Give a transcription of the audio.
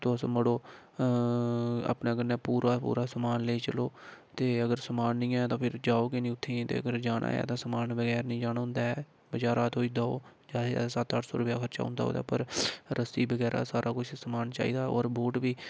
तुस मड़ो अ अपने कन्नै पूरा पूरा समान लेई चलो ते अगर समान नेईं ऐ ते फिर जाओ बी निं उ'त्थें ते अगर जाना ऐ ते समान बगैर निं जान होंदा ऐ बजारा थ्होई दा ओह् जादै शा जादै सत्त अट्ठ सौ खर्चा होंदा ओह्दे उप्पर रस्सी बगैरा सारा कुछ समान चाहि्दा होर बूट बी